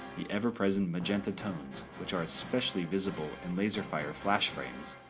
the ever-present magenta tones, which are especially visible in laser fire flash frames,